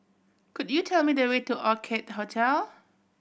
could you tell me the way to Orchid Hotel